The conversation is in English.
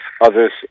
others